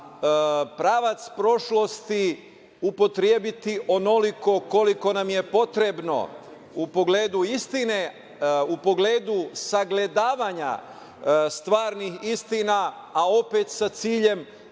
pravac prošlosti upotrebiti onoliko koliko nam je potrebno u pogledu istine, u pogledu sagledavanja stvarnih istina, a opet sa ciljem